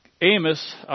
Amos